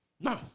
No